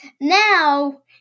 Now